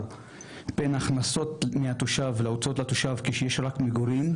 בין הכנסות מהתושב להוצאות התושב כשיש רק מגורים.